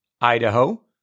Idaho